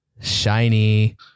Shiny